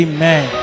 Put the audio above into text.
Amen